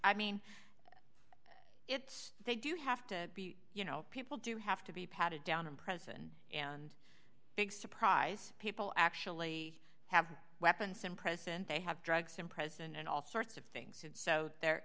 i mean it's they do have to be you know people do have to be patted down and present and big surprise people actually have weapons and present they have drugs and present and all sorts of things so the